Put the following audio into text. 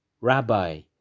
Rabbi